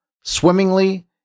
swimmingly